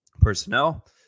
personnel